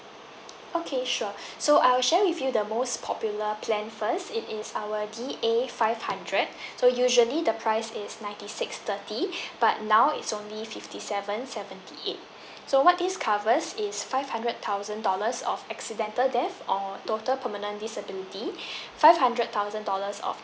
okay sure so I will share with you the most popular plan first it is our D A five hundred so usually the price is ninety six thirty but now is only fifty seven seventy eight so what this covers is five hundred thousand dollars of accidental death or total permanently disability five hundred thousand dollars of